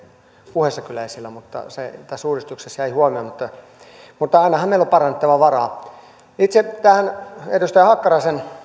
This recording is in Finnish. puheessa kyllä esillä mutta tässä uudistuksessa jäi huomioimatta mutta ainahan meillä on parantamisen varaa itse tähän edustaja hakkaraisen